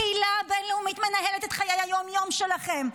הקהילה הבין-לאומית מנהלת את חיי היום-יום שלכם.